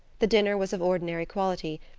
the dinner was of ordinary quality,